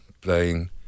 playing